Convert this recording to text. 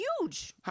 huge